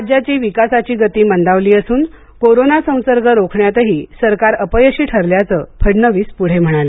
राज्याची विकासाची गती मंदावली असून कोरोन संसर्ग रोखण्यातही सरकार अपयशी ठरल्याचं फडणवीस पुढे म्हणाले